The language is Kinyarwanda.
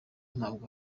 ntabwo